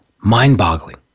mind-boggling